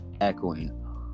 echoing